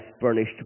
burnished